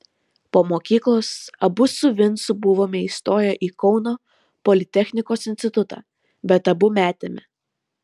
po mokyklos abu su vincu buvome įstoję į kauno politechnikos institutą bet abu metėme